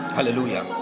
Hallelujah